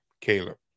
Caleb